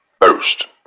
first